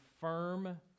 firm